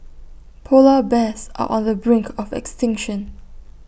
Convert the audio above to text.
Polar Bears are on the brink of extinction